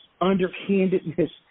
underhandedness